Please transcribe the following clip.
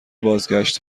بازگشت